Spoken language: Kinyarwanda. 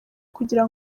kugira